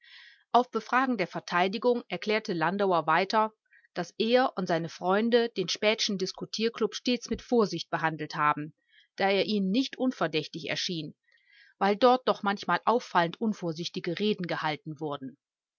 auf befragen der verteidigung erklärte landauer weiter daß er und seine freunde den späthschen diskutierklub stets mit vorsicht behandelt haben da er ihnen nicht unverdächtig erschien weil dort doch manchmal auffallend unvorsichtige reden gehalten wurden